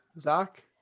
Zach